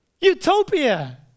Utopia